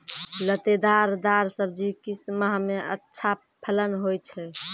लतेदार दार सब्जी किस माह मे अच्छा फलन होय छै?